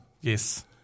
Yes